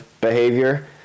behavior